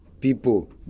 people